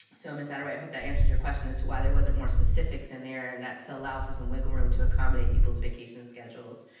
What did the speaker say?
so miss saderwhite, i hope that answers your question as to why there wasn't more specifics in there and that still allowed for some wiggle room to accommodate people's vacation and schedules.